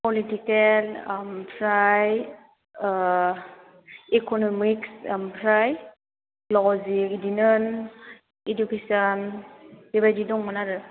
political ओमफ्राय economic ओमफ्राय लजिग बिदिनो इडुकेसन बेबायदि दंमोन आरो